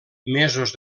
mesos